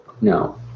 No